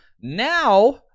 Now